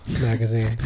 magazine